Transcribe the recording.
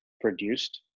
produced